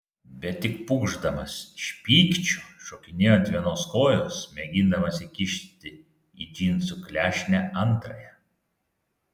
bet tik pūkšdamas iš pykčio šokinėjo ant vienos kojos mėgindamas įkišti į džinsų klešnę antrąją